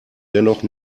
dennoch